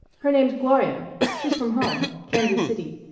her name's gloria. she's from home kansas city.